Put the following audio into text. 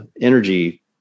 energy